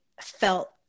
felt